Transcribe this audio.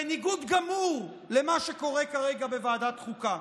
בניגוד גמור למה שקורה כרגע בוועדת חוקה.